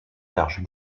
large